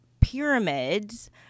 pyramids